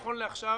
נכון לעכשיו,